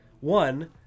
One